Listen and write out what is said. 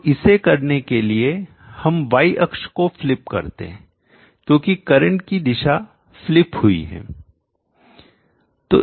और इसे करने के लिए हम वाई अक्ष को क्लिप करते हैं क्योंकि करंट की दिशा क्लिप हुई है